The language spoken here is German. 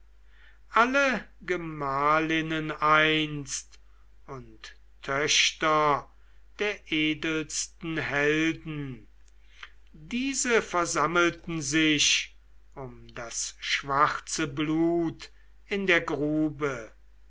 alle gemahlinnen einst und töchter der edelsten helden diese versammelten sich um das schwarze blut in der grube